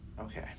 Okay